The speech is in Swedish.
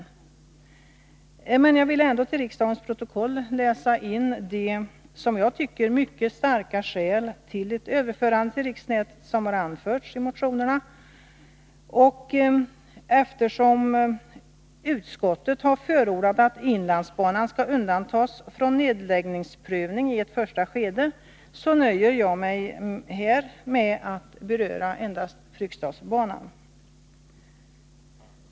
Trots detta vill jag till riksdagens protokoll få fört de, enligt min mening, mycket starka skäl som anförts i motionerna för ett överförande till riksnätet, och eftersom utskottet har förordat att inlandsbanan skall undantas från nedläggningsprövning i ett första skede, nöjer jag mig här med att beröra frågan om Fryksdalsbanan.